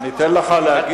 אני אתן לך להגיע.